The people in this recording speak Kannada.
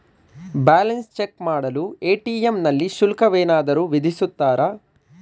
ಬ್ಯಾಲೆನ್ಸ್ ಚೆಕ್ ಮಾಡಲು ಎ.ಟಿ.ಎಂ ನಲ್ಲಿ ಶುಲ್ಕವೇನಾದರೂ ವಿಧಿಸುತ್ತಾರಾ?